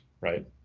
right